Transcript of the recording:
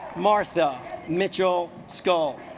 martha mitchell skull